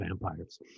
vampires